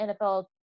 NFL